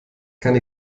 kann